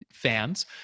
Fans